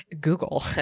Google